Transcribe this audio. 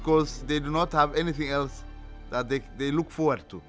because they do not have anything else that they they look forward to